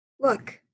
Look